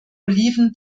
oliven